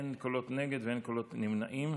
אין קולות נגד ואין קולות נמנעים.